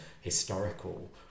historical